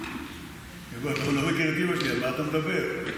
הוא אומר לה: ניסע הביתה, נדבר בבית.